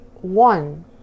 one